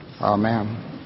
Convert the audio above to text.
Amen